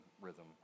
rhythm